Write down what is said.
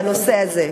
בנושא הזה.